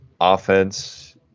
offense